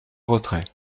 retrait